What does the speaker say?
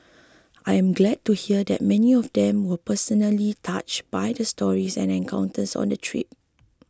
I am glad to hear that many of them were personally touched by the stories and encounters on the trip